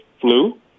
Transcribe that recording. flu